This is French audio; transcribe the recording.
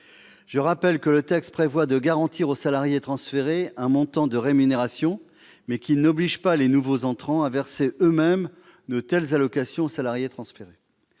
le rappelle, ce projet de loi garantit aux salariés qui sont transférés un montant de rémunération, mais il n'oblige pas les nouveaux entrants à verser eux-mêmes de telles allocations aux salariés transférés.